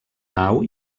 nau